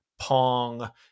Pong